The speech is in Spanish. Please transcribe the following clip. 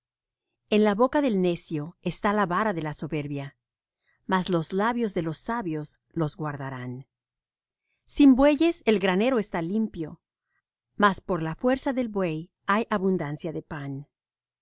en la boca del necio está la vara de la soberbia mas los labios de los sabios los guardarán sin bueyes el granero está limpio mas por la fuerza del buey hay abundancia de pan